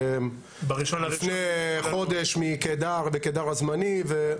זה לפני חודש מקדר וקדר הזמני.